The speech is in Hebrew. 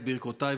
ברכותיי,